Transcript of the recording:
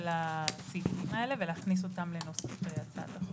הסעיפים האלה ולהכניס אותם לנוסח הצעת החוק.